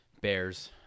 Bears